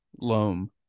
loam